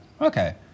Okay